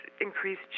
increased